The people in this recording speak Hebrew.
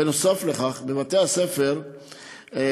נוסף על כך, בבתי-הספר פועלים